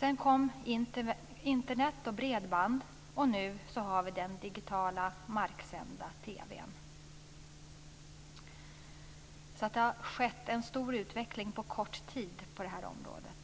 Sedan kom Internet och bredband, och nu har vi den digitala marksända TV:n. Det har alltså skett en stor utveckling på kort tid på det här området.